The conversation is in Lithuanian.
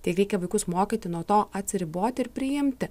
tai reikia vaikus mokyti nuo to atsiriboti ir priimti